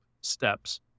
steps